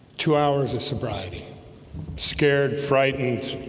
two hours of sobriety scared frightened